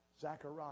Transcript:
Zachariah